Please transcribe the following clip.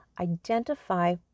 identify